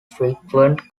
frequent